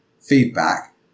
feedback